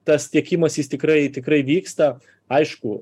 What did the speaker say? tas tiekimas jis tikrai tikrai vyksta aišku